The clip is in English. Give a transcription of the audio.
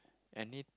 any